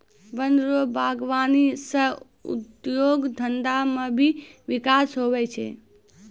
वन रो वागबानी सह उद्योग धंधा मे भी बिकास हुवै छै